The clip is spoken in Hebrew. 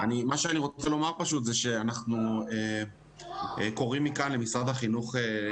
כמובן בכל מה שניתן לסייע אנחנו נשמח לסייע גם בנושא של החינוך המיוחד.